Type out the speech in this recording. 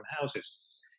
houses